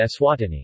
Eswatini